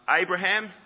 Abraham